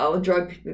drug